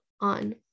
on